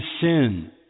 sin